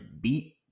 beat